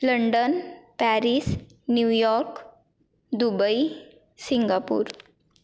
London Paris New York Dubai Singapore